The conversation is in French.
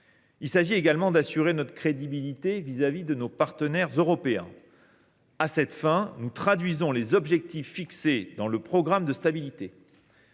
Il s’agit également d’assurer notre crédibilité vis à vis de nos partenaires européens. À cette fin, nous traduisons les objectifs fixés dans le programme de stabilité.